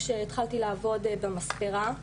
כשהתחלתי לעבוד במספרה,